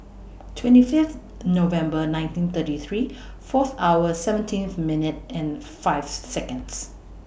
twenty Fifth November nineteen thirty three Fourth hour seventeen minute five Seconds